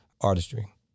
artistry